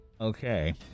Okay